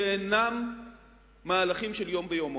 שאינם מהלכים של יום ביומו.